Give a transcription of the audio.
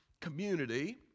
community